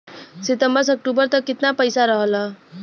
सितंबर से अक्टूबर तक कितना पैसा रहल ह?